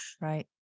Right